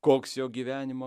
koks jo gyvenimo